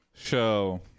show